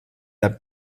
der